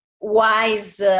wise